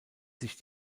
sich